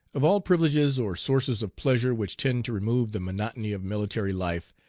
of all privileges or sources of pleasure which tend to remove the monotony of military life,